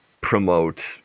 promote